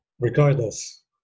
regardless